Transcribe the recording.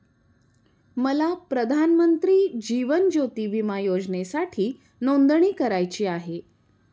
मला प्रधानमंत्री जीवन ज्योती विमा योजनेसाठी नोंदणी करायची आहे